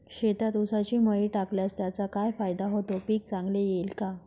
शेतात ऊसाची मळी टाकल्यास त्याचा काय फायदा होतो, पीक चांगले येईल का?